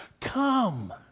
Come